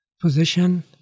position